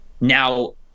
Now